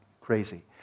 crazy